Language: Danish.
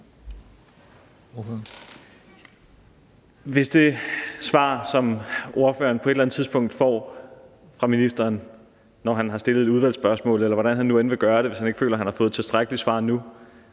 Hvis det svar, som ordføreren på et eller andet tidspunkt får af ministeren, når han har stillet et udvalgsspørgsmål, eller hvordan han end vil gøre det, hvis han ikke føler, han har fået tilstrækkeligt svar her